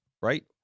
right